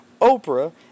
Oprah